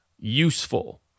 useful